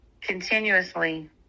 continuously